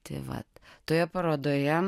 tai vat toje parodoje